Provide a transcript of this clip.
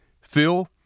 Phil